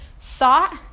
thought